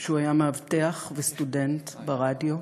כשהוא היה מאבטח וסטודנט ברדיו.